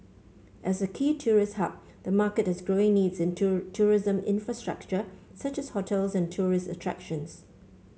as a key tourist hub the market has growing needs in tourism infrastructure such as hotels and tourist attractions